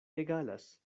egalas